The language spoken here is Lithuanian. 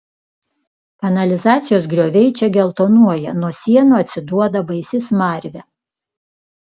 kanalizacijos grioviai čia geltonuoja nuo sienų atsiduoda baisi smarvė